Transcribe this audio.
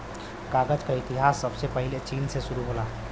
कागज क इतिहास सबसे पहिले चीन से शुरु होला